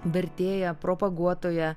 vertėja propaguotoja